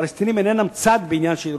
הפלסטינים אינם צד בעניין של ירושלים.